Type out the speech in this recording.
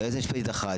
יועצת משפטית אחת,